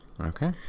Okay